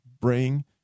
Bring